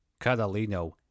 Catalino